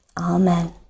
Amen